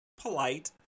polite